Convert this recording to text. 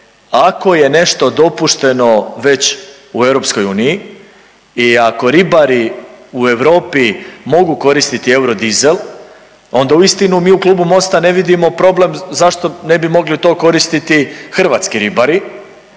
ako je nešto dopušteno već u EU i ako ribari u Europi mogu koristiti eurodizel, onda uistinu mi u Klubu Mosta ne vidimo problem zašto ne bi mogli to koristiti hrvatski ribari,